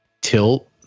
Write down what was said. tilt